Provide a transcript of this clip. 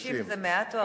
6.60 זה מעט או הרבה?